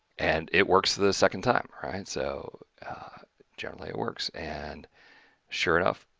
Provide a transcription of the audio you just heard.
and it works the second time, right? so generally it works, and sure enough,